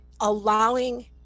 allowing